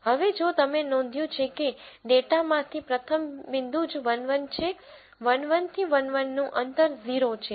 હવે જો તમે નોંધ્યું છે કે ડેટામાંથી પ્રથમ બિંદુ જ 11 છે 1 1 થી 1 1 નું અંતર 0 છે